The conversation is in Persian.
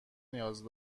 نیاز